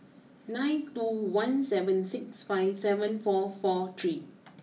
nine two one seven six five seven four four three